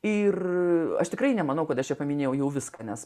ir aš tikrai nemanau kad aš čia paminėjau jau viską nes